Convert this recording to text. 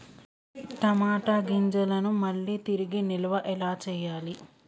టమాట గింజలను మళ్ళీ తిరిగి నిల్వ ఎలా చేయాలి?